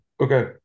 Okay